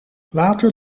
water